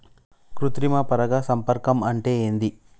కృత్రిమ పరాగ సంపర్కం అంటే ఏంది?